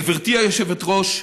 גברתי היושבת-ראש,